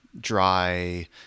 dry